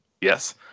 Yes